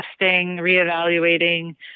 reevaluating